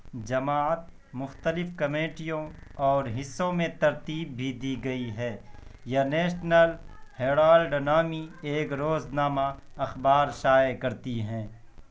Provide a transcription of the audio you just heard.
جماعت مختلف کمیٹیوں اور حصوں میں ترتیب بھی دی گئی ہے یہ نیشنل ہیرالڈ نامی ایک روزنامہ اخبار شائع کرتی ہیں